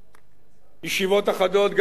ישיבות אחדות גם בחול המועד,